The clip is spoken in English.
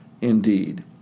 indeed